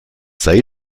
sei